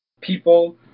People